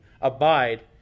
abide